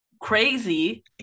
crazy